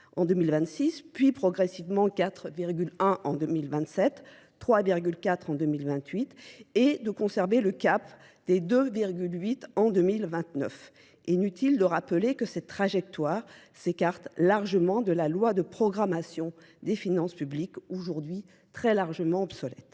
en 2026, puis progressivement 4,1% en 2027, 3,4% en 2028, et de conserver le cap des 2,8% en 2029. Inutile de rappeler que cette trajectoire s'écarte largement de la loi de programmation des finances publiques, aujourd'hui très largement obsolète.